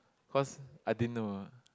cause I didn't know ah